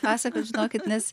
pasakot žinokit nes